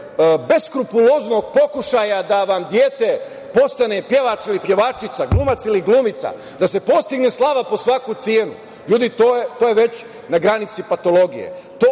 beskrupuloznog pokušaja da vam dete postane pevač ili pevačica, glumac ili glumica, da se postigne slava po svaku cenu, ljudi, to je već na granici patologije, to